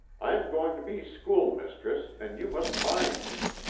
i am going to be school-mistress, and you must mind me,